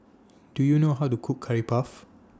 Do YOU know How to Cook Curry Puff